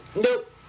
nope